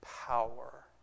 power